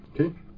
okay